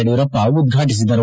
ಯಡಿಯೂರಪ್ಪ ಉದ್ಘಾಟಿಸಿದರು